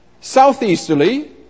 Southeasterly